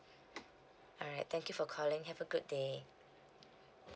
alright thank you for calling have a good day